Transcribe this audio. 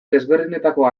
desberdinetako